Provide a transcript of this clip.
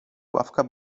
ławka